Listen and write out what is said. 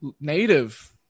native